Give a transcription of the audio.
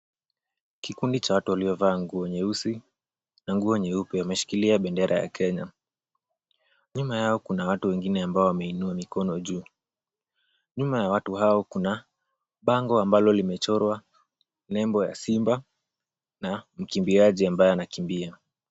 Kikundi cha watu waliovaa nguo nyeusi na nguo nyeupe wameshikilia bendera ya kenya. Nyuma yao kuna watu wengine ambao wameinua mikono yao juu. Nyuma ya watu hao kuna bango ambalo limechorwa nembo ya simba na mkimbiaji ambaye anakimbia.